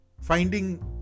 finding